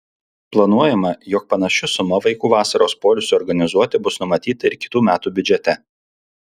planuojama jog panaši suma vaikų vasaros poilsiui organizuoti bus numatyta ir kitų metų biudžete